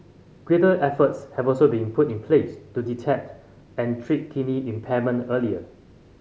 greater efforts have also been put in place to detect and treat kidney impairment earlier